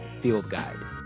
fieldguide